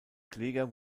kläger